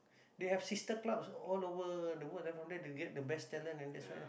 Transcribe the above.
they have sisters club all over the world and from there they get the best talent and thats why